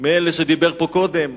מאלה שדיברו פה קודם.